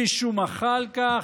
מישהו מחה על כך?